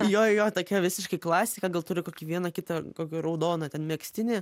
jo jo jo tokia visiškai klasika gal turiu kokį vieną kitą kokį raudoną ten megztinį